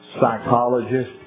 psychologist